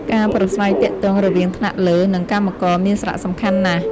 ការប្រាស្រ័យទាក់ទងរវាងថ្នាក់លើ និងកម្មករមានសារៈសំខាន់ណាស់។